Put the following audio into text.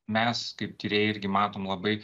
mes kaip tyrėjai irgi matom labai